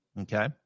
okay